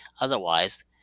Otherwise